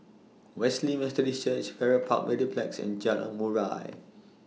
Wesley Methodist Church Farrer Park Mediplex and Jalan Murai